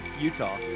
Utah